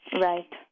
Right